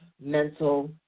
mental